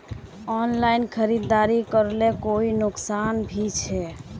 Online खरीदारी करले कोई नुकसान भी छे?